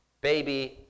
Baby